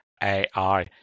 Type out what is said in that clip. AI